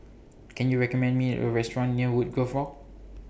Can YOU recommend Me A Restaurant near Woodgrove Walk